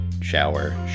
shower